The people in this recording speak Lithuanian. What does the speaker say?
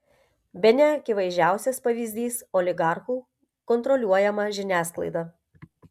bene akivaizdžiausias pavyzdys oligarchų kontroliuojama žiniasklaida